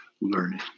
learning